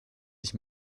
ich